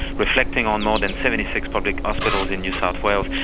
reflecting on more than seventy six public ah hospitals in new south wales.